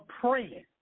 praying